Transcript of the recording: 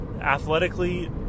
athletically